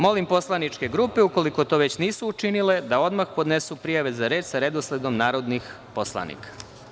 Molim poslaničke grupe, ukoliko to već nisu učinile, da odmah podnesu prijave za reč sa redosledom narodnih poslanika.